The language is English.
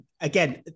again